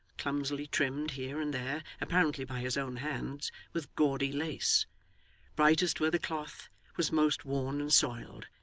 clumsily trimmed here and there apparently by his own hands with gaudy lace brightest where the cloth was most worn and soiled,